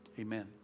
Amen